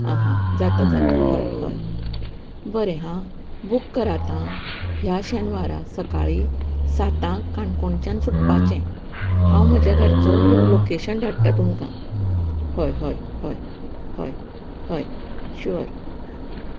आं हां जाता जाता हय हय बरें हां बूक करात हां ह्या शेनवाराक सकाळीं सातांक काणकोणच्यान सुटपाचें हांव म्हज्या घरचो लाॅकेशन धाडटा तुमकां हय हय हय हय हय शुवर